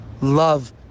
love